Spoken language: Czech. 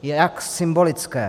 Jak symbolické.